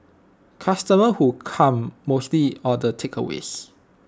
customers who come mostly order takeaways